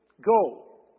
Go